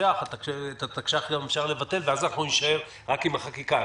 התקש"ח אפשר לבטל ואז אנחנו נישאר רק עם החקיקה.